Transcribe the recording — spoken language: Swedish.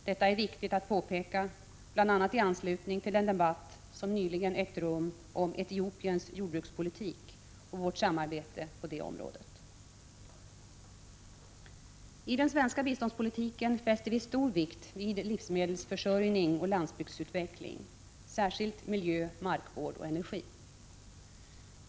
Detta är viktigt att påpeka, bl.a. i anslutning till den debatt som nyligen ägt rum om Etiopiens jordbrukspolitik och vårt samarbete på det området. I den svenska biståndspolitiken fäster vi stor vikt vid livsmedelsförsörjning och landsbygdsutveckling, särskilt vad gäller miljö, markvård och energi.